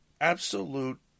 absolute